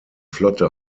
flotte